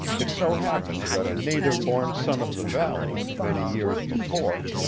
it so happened that a native-born son of the valley, many years before,